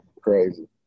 crazy